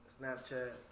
Snapchat